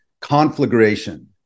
conflagration